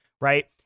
Right